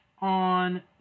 on